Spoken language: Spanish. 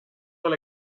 del